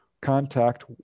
contact